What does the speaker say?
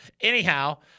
Anyhow